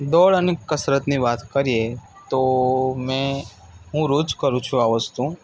દોડ અને કસરતની વાત કરીએ તો મેં હું રોજ કરું છું આ વસ્તુ